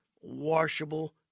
washable